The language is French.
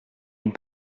une